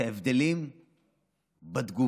את ההבדלים בתגובות,